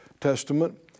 Testament